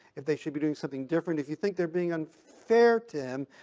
if they should be doing something different, if you think they're being unfair to him.